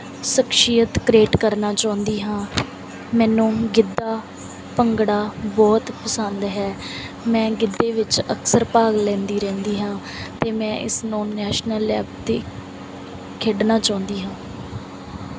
ਸ਼ਖਸ਼ੀਅਤ ਕ੍ਰੀਏਟ ਕਰਨਾ ਚਾਹੁੰਦੀ ਹਾਂ ਮੈਨੂੰ ਗਿੱਧਾ ਭੰਗੜਾ ਬਹੁਤ ਪਸੰਦ ਹੈ ਮੈਂ ਗਿੱਧੇ ਵਿੱਚ ਅਕਸਰ ਭਾਗ ਲੈਂਦੀ ਰਹਿੰਦੀ ਹਾਂ ਅਤੇ ਮੈਂ ਇਸ ਨੂੰ ਨੈਸ਼ਨਲ ਲੈਵਲ 'ਤੇ ਖੇਡਣਾ ਚਾਹੁੰਦੀ ਹਾਂ